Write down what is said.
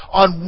on